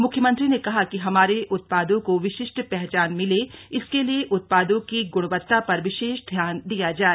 म्ख्यमंत्री ने कहा कि हमारे उत्पादों को विशिष्ट पहचान मिले इसके लिये उत्पादों की ग्णवत्ता पर विशेष ध्यान दिया जाय